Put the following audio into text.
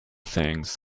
things